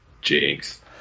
Jinx